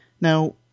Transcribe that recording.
Now